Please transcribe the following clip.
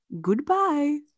Goodbye